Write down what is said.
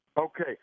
Okay